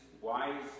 wise